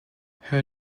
her